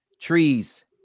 Trees